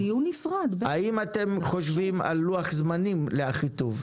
האם אתם חושבים על לוח זמנים לאחיטוב?